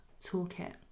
toolkit